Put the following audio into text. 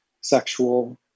sexual